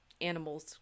animals